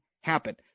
happen